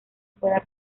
pueda